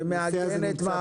הנושא הזה נמצא.